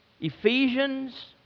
Ephesians